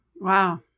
Wow